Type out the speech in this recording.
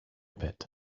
bit